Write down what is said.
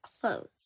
clothes